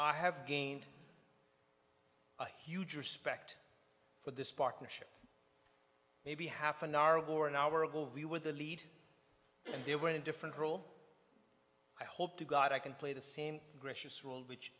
i have gained a huge respect for this partnership maybe half an hour or an hour ago we were the lead and they were in a different role i hope to god i can play the same